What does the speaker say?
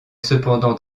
cependant